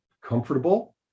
comfortable